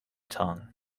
tongue